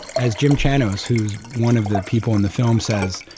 as jim chanos, who's one of the people in the film, says,